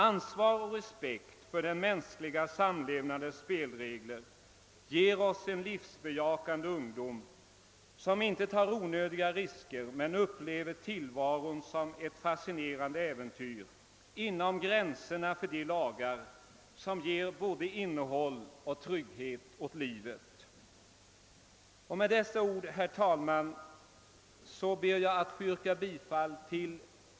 Ansvar och respekt för den mänskliga samlevnadens spelregler ger oss en livsbejakande ungdom, som inte tar onödiga risker men upplever tillvaron som ett fascinerande äventyr inom gränserna för de lagar som ger både innehåll och trygghet åt livet. Herr talman!